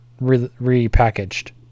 repackaged